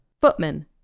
footman